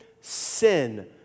sin